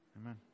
Amen